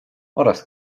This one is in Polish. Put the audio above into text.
oraz